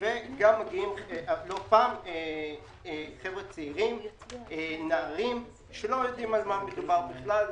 לא פעם מגיעים חבר'ה צעירים שלא יודעים על מה מדובר בכלל,